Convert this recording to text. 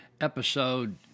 episode